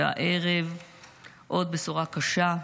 והערב עוד בשורה קשה,